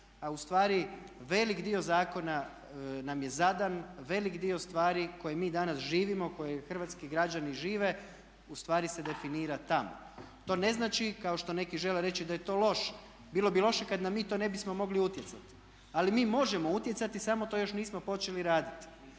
a u stvari velik dio zakona nam je zadan, velik dio stvari koje mi danas živimo koje hrvatski građani žive u stvari se definira tamo. To ne znači kao što neki žele reći da je to loše. Bilo bi loše kada mi na to ne bismo mogli utjecati, ali mi možemo utjecati samo to još nismo počeli raditi.